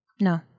No